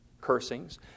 cursings